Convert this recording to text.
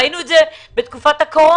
ראינו את זה בתקופת הקורונה.